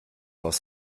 aus